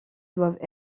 doivent